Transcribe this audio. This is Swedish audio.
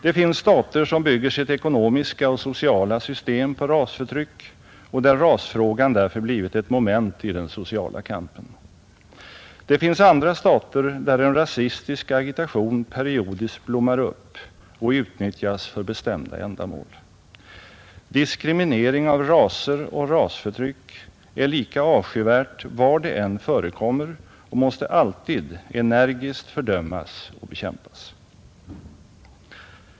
Det finns stater som bygger sitt ekonomiska och sociala system på rasförtryck och där rasfrågan därför har blivit ett moment i den sociala kampen, Det finns andra stater där en rasistisk agitation periodiskt blommar upp och utnyttjas för bestämda ändamål, Diskriminering av raser och rasförtryck är lika avskyvärt var det än förekommer och måste alltid energiskt fördömas och bekämpas.